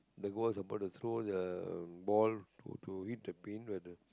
the those about the ball to to hit the paint where the